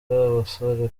abasora